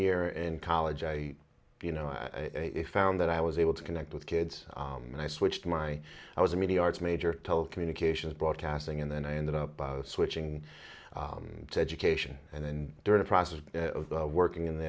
year in college i you know i found that i was able to connect with kids and i switched my i was a media arts major telecommunications broadcasting and then i ended up switching to education and then during the process of working in the